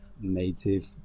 native